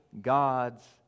God's